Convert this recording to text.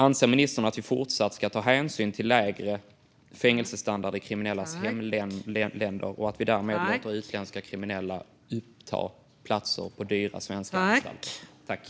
Anser ministern att vi ska fortsätta ta hänsyn till lägre fängelsestandard i kriminellas hemländer och därmed låta utländska kriminella uppta platser på dyra svenska anstalter?